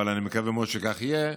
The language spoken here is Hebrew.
אבל אני מקווה מאוד שכך יהיה.